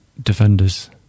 Defenders